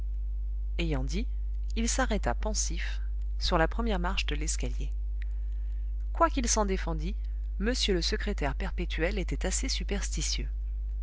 ayant dit il s'arrêta pensif sur la première marche de l'escalier quoiqu'il s'en défendît m le secrétaire perpétuel était assez superstitieux